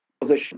position